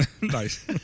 nice